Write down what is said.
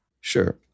Sure